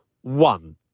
one